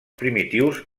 primitius